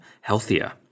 healthier